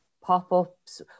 pop-ups